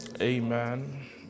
amen